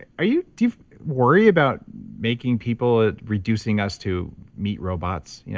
are you you worried about making people reducing us to meet robots? you know